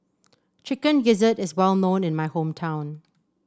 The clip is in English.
Chicken Gizzard is well known in my hometown